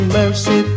mercy